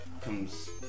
comes